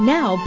Now